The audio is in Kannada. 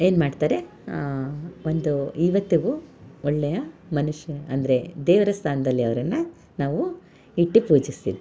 ಏನು ಮಾಡ್ತಾರೆ ಒಂದು ಇವತ್ತಿಗೂ ಒಳ್ಳೆಯ ಮನುಷ್ಯ ಅಂದರೆ ದೇವರ ಸ್ಥಾನದಲ್ಲಿ ಅವರನ್ನ ನಾವು ಇಟ್ಟು ಪೂಜಿಸ್ತೀವಿ